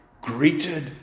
Greeted